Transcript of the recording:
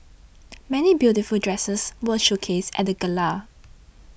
many beautiful dresses were showcased at the gala